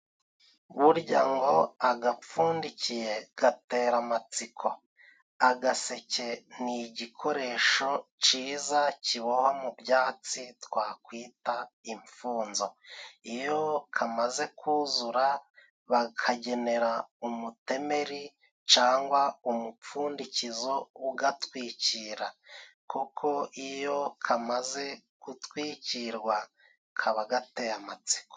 Burya ngo agapfundikiye gatera amatsiko， agaseke ni igikoresho cyiza kibohwa mu byatsi twakwita imfunzo， iyo kamaze kuzura bakagenera umutemeri cyangwa umupfundikizo ugatwikira， kuko iyo kamaze gutwikirwa kaba gateye amatsiko.